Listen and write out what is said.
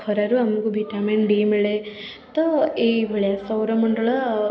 ଖରାରୁ ଆମକୁ vitamin D ମିଳେ ତ ଏହିଭଳିଆ ସୌରମଣ୍ଡଳ